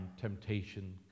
temptation